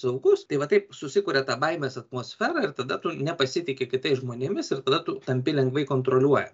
saugus tai va taip susikuria tą baimės atmosferą ir tada tu nepasitiki kitais žmonėmis ir tada tu tampi lengvai kontroliuoja